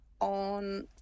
on